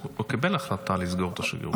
הוא קיבל החלטה לסגור את השגרירות.